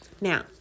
Now